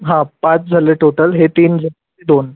हा पाच झाले टोटल हे तीन दोन